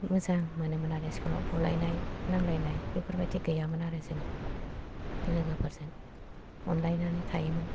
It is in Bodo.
मोजां मोनोमोन आरो स्कुलाव बुलायनाय नांलायनाय बेफोरबादि गैयामोन आरो जोङो लोगोफोरजों अनलायनानै थायोमोन